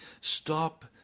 Stop